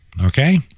Okay